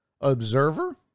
observer